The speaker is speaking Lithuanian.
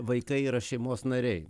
vaikai yra šeimos nariai